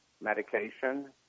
medication